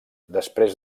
després